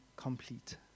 complete